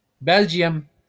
Belgium